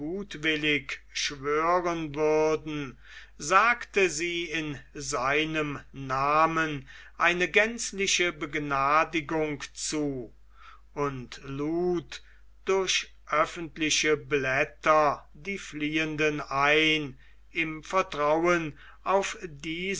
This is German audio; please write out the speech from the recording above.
schwören würden sagte sie in seinem namen eine gänzliche begnadigung zu und lud durch öffentliche blätter die fliehenden ein im vertrauen auf diese